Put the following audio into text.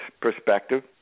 perspective